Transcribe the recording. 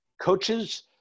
coaches